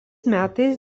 metais